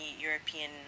European